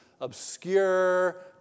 obscure